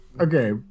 Okay